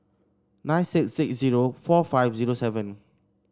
nine six six zero four five zero seven